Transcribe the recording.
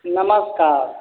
नमस्कार